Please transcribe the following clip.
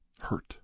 hurt